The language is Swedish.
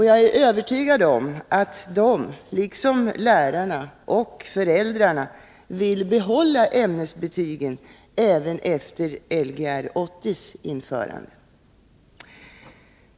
Jag är övertygad om att eleverna — liksom lärarna och föräldrarna — vill behålla ämnesbetygen, även efter Lgr 80:s införande.